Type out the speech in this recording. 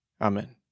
Amen